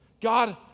God